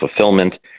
fulfillment